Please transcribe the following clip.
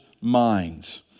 minds